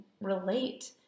relate